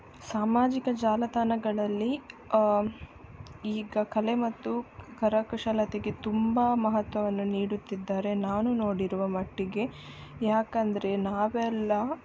ಸಾಮಾಜಿಕ ಜಾಲತಾಣಗಳಲ್ಲಿ ಈಗ ಕಲೆ ಮತ್ತು ಕರಕುಶಲತೆಗೆ ತುಂಬಾ ಮಹತ್ವವನ್ನು ನೀಡುತ್ತಿದ್ದಾರೆ ನಾನು ನೋಡಿರುವ ಮಟ್ಟಿಗೆ ಯಾಕೆಂದ್ರೆ ನಾವೆಲ್ಲ